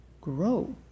grow